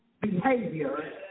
behavior